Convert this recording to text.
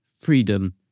freedom